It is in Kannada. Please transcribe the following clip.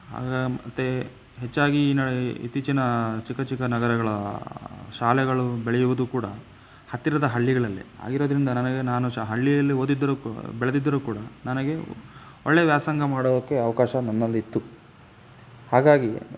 ಹಾಗಾಗಿ ಮತ್ತು ಹೆಚ್ಚಾಗಿ ಈ ನಡುವೆ ಇತ್ತೀಚಿನ ಚಿಕ್ಕ ಚಿಕ್ಕ ನಗರಗಳ ಶಾಲೆಗಳು ಬೆಳೆಯುವುದು ಕೂಡ ಹತ್ತಿರದ ಹಳ್ಳಿಗಳಲ್ಲೇ ಆಗಿರೋದರಿಂದ ನನಗೆ ನಾನು ಶ ಹಳ್ಳಿಯಲ್ಲಿ ಓದಿದ್ದರೂ ಕೂಡ ಬೆಳೆದಿದ್ದರೂ ಕೂಡ ನನಗೆ ಒಳ್ಳೆಯ ವ್ಯಾಸಂಗ ಮಾಡೋಕ್ಕೆ ಅವಕಾಶ ನನ್ನಲ್ಲಿತ್ತು ಹಾಗಾಗಿ